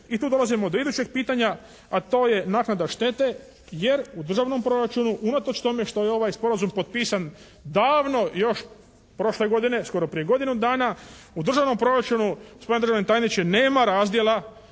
I tu dolazimo do idućeg pitanja, a to je naknada štete jer u državnom proračunu, unatoč tome što je ovaj sporazum potpisan davno, još prošle godine, skoro prije godinu dana, u državnom proračunu gospodine državni tajniče nema razdjela